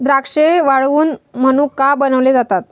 द्राक्षे वाळवुन मनुका बनविले जातात